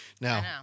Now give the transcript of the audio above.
now